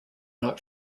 not